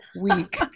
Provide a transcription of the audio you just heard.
week